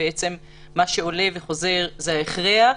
מה שעולה וחוזר זה ההכרח